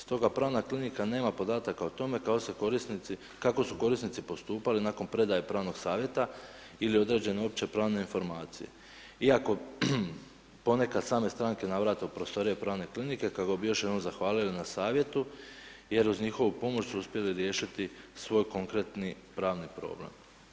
Stoga pravna klinika nema podataka o tome kako su korisnici postupali nakon predaje pravnog savjeta ili određene opće pravne informacije iako ponekad same stranke navrate u prostorije pravne klinike kako bi još jednom zahvalile na savjetu jer uz njihovu pomoć su uspjeli riješiti svoj konkretni pravni problem.